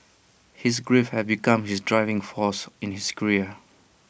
his grief had become his driving force in his career